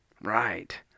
Right